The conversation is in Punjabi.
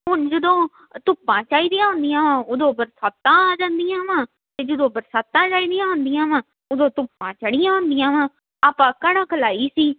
ਹੁਣ ਜਦੋਂ ਧੁੱਪਾਂ ਚਾਹੀਦੀਆਂ ਹੁੰਦੀਆਂ ਉਦੋਂ ਬਰਸਾਤਾਂ ਆ ਜਾਂਦੀਆਂ ਵਾਂ ਅਤੇ ਜਦੋਂ ਬਰਸਾਤਾਂ ਲੈਣੀਆਂ ਹੁੰਦੀਆਂ ਵਾ ਉਦੋਂ ਧੁੱਪਾਂ ਚੜੀਆਂ ਹੁੰਦੀਆਂ ਵਾਂ ਆਪਾਂ ਕਣਕ ਲਾਈ ਸੀ